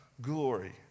glory